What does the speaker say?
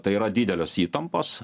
tai yra didelės įtampos